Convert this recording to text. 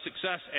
success